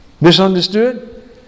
Misunderstood